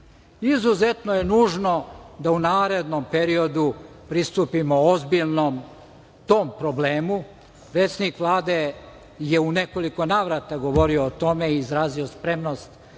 Izuzetno je nužno da u narednom periodu pristupimo ozbiljnom tom problemu. Predsednik Vlade je u nekoliko navrata govorio o tome i izrazio spremnost